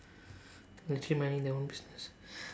literally minding their own business